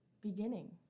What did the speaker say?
beginning